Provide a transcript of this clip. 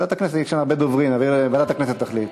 בוועדת הכנסת יש הרבה דוברים, ועדת הכנסת תחליט.